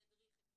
ידריך את כולם.